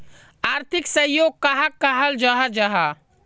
आर्थिक सहयोग कहाक कहाल जाहा जाहा?